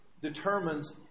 determines